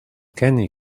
kenny